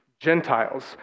Gentiles